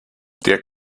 der